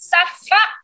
Safa